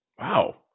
Wow